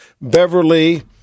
Beverly